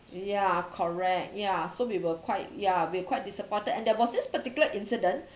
ya correct ya so we were quite yeah we're quite disappointed and there was this particular incident